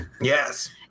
yes